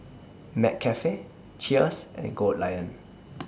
McCafe Cheers and Goldlion